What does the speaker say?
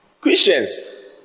Christians